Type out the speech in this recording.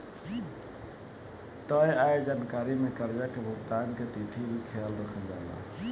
तय आय जानकारी में कर्जा के भुगतान के तिथि के भी ख्याल रखल जाला